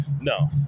No